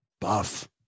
Buff